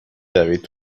دوید